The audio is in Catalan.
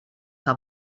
que